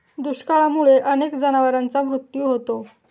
दुष्काळामुळे अनेक जनावरांचा मृत्यू होतो